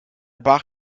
bach